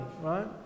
right